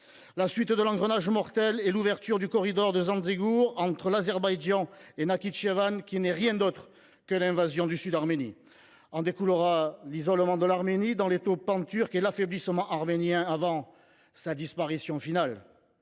La suite de l’engrenage mortel est l’ouverture du corridor du Zanguezour entre l’Azerbaïdjan et le Nakhitchevan, qui n’est rien d’autre que l’invasion du sud de l’Arménie. En découleront l’isolement de l’Arménie dans l’étau panturc et son affaiblissement, avant sa disparition finale.